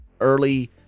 early